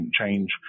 change